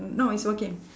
no he's working